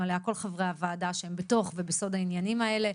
עליה כל חברי הוועדה שהם בתוך ובסוד העניינים האלה.